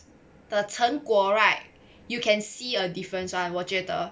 the 成果 right you can see a difference [one] 我觉得